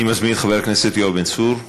אני מזמין את חבר הכנסת יואב בן צור.